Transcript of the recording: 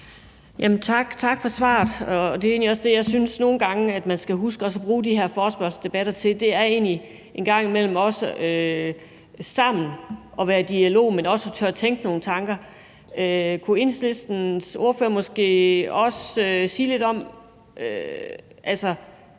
tak for svaret, og det, som jeg egentlig også nogle gange synes man skal huske at bruge de her forespørgselsdebatter til, er en gang imellem sammen at være i dialog, men også at turde at tænke nogle tanker. Kunne Enhedslistens ordfører måske også sige lidt om,